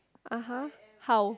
(uh huh) how